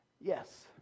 yes